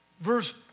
Verse